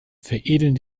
veredeln